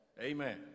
Amen